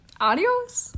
adios